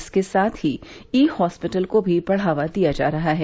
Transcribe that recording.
इसके साथ ही ई हॉस्पिटल को भी बढ़ावा दिया जा रहा है